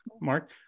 mark